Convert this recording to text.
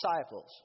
disciples